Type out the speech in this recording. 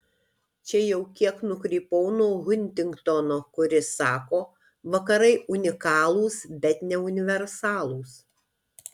čia jau kiek nukrypau nuo huntingtono kuris sako vakarai unikalūs bet ne universalūs